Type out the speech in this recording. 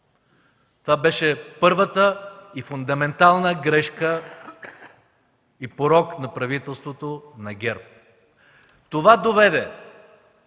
Това беше първата и фундаментална грешка и порок на правителството на ГЕРБ. Това доведе